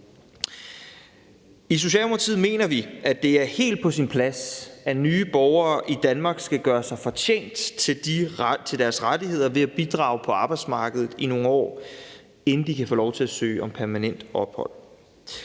I Socialdemokratiet mener vi, at det er helt på sin plads, at nye borgere i Danmark skal gøre sig fortjent til deres rettigheder ved at bidrage på arbejdsmarkedet i nogle år, inden de kan få lov til at søge om permanent ophold.